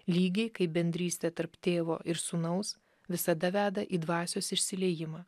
lygiai kaip bendrystė tarp tėvo ir sūnaus visada veda į dvasios išsiliejimą